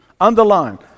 Underline